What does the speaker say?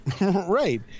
Right